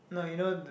no you know